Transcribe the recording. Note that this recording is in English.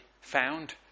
found